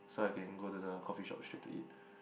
so I can go to the coffee shop straight to eat